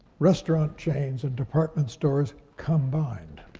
restaurant chains, and department stores combined.